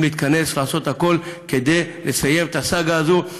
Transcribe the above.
להתכנס ולעשות הכול כדי לסיים את הסאגה הזאת,